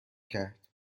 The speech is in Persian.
کرد